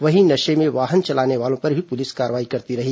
वहीं नशे में वाहन चलाने वालों पर भी पुलिस कार्रवाई करती रही